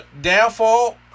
downfall